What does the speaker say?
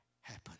happen